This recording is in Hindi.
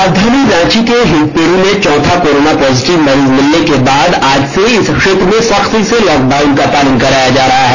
राजधानी रांची के हिंदपीढ़ी में चौथा कोरोना पॉजिटिव मरीज मिलने के बाद आज से इस क्षेत्र में सख्ती से लॉक डाउन का पालन कराया जा रहा है